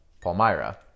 palmyra